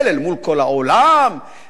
פעם היו אומרים עלינו: